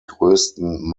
größten